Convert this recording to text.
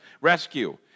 rescue